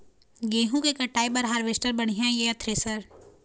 गेहूं के कटाई बर हारवेस्टर बढ़िया ये या थ्रेसर?